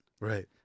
Right